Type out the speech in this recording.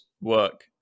work